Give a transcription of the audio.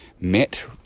met